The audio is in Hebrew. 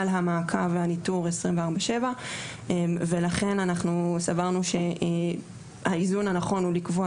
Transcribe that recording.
המעקב והניטור 24/7. לכן אנחנו סברנו שהאיזון הנכון הוא לקבוע